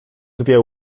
dwie